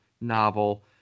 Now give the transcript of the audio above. novel